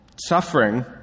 Suffering